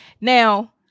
Now